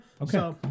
Okay